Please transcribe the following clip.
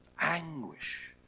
anguish